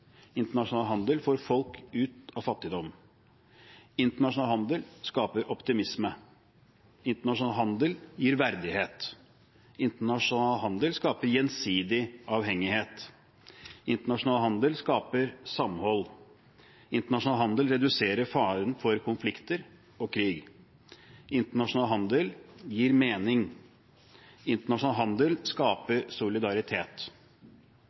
Internasjonal handel får folk ut av fattigdom. Internasjonal handel skaper optimisme. Internasjonal handel gir verdighet. Internasjonal handel skaper gjensidig avhengighet. Internasjonal handel skaper samhold. Internasjonal handel reduserer faren for konflikter og krig. Internasjonal handel gir mening. Internasjonal handel skaper solidaritet. Men internasjonal handel kan også skape